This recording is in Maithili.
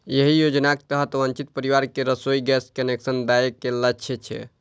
एहि योजनाक तहत वंचित परिवार कें रसोइ गैस कनेक्शन दए के लक्ष्य छै